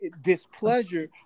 Displeasure